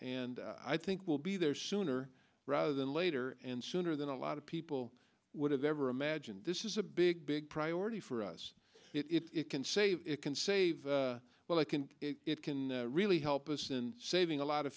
and i think we'll be there sooner rather than later and sooner than a lot of people would have ever imagined this is a big big priority for us it can save it can save what i can it can really help us in saving a lot of